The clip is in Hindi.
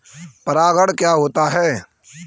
परागण क्या होता है?